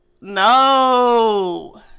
No